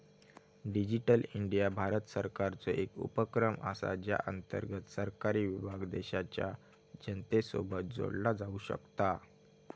digital India Bharat सरकारचो एक उपक्रम असा ज्या अंतर्गत सरकारी विभाग देशाच्या जनतेसोबत जोडला जाऊ शकता